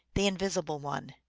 the invisible one.